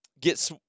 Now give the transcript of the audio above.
get